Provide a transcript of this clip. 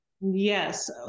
Yes